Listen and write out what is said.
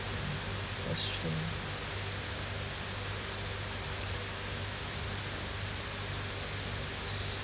that's true